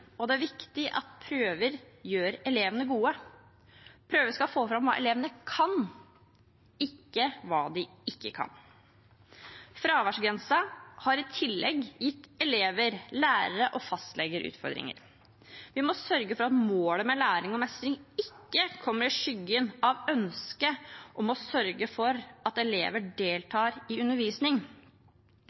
og det er viktig at prøver gjør elevene gode. Prøver skal få fram hva elevene kan, ikke hva de ikke kan. Fraværsgrensen har i tillegg gitt elever, lærere og fastleger utfordringer. Vi må sørge for at målet med læring og mestring ikke kommer i skyggen av ønsket om å sørge for at elever deltar i undervisning.